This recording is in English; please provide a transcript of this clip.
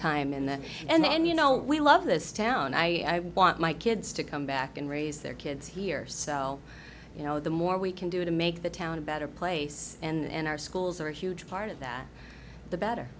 time in the end you know we love this town i want my kids to come back and raise their kids here so you know the more we can do to make the town a better place and our schools are a huge part of that the better